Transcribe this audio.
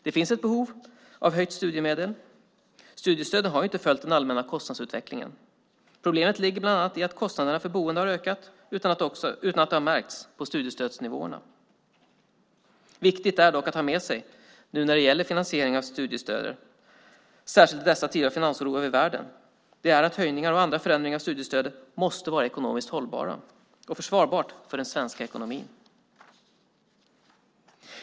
Det finns ett behov av höjt studiemedel. Studiestöden har inte följt den allmänna kostnadsutvecklingen. Problemet ligger bland annat i att kostnaderna för boende har ökat utan att det har märkts på studiestödsnivåerna. Viktigt är dock att ha med sig när det gäller finansiering av studier, särskilt i dessa tider av finansoro i världen, att höjningar och andra förändringar av studiestödet måste vara ekonomiskt hållbart och försvarbart för den svenska ekonomin.